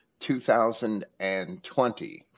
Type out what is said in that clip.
2020